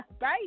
Right